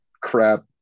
Crap